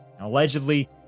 Allegedly